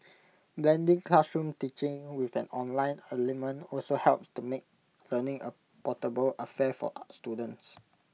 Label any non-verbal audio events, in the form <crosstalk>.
blending classroom teaching with an online element also helps to make learning A portable affair for <unintelligible> students